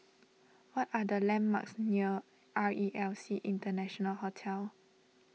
what are the landmarks near R E L C International Hotel